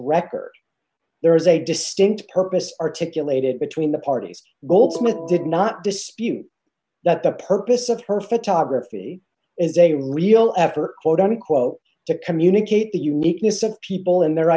record there is a distinct purpose articulated between the parties goldsmith did not dispute that the purpose of her photography is a real effort quote unquote to communicate the uniqueness of people and their